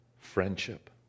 friendship